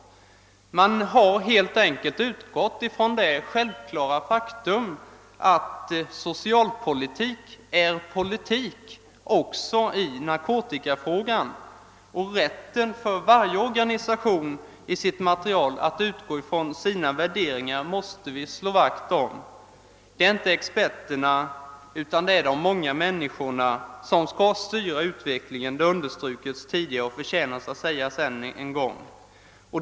Man har helt enkelt utgått från det självklara faktum att socialpolitik är politik, även i narkotikafrågan. Rätten för varje organisation att i sitt material utgå från sina värderingar måste vi slå vakt om. Det är inte experterna utan det är de många människorna som skall styra utvecklingen — det har understrukits tidigare och förtjänar sägas än en gång.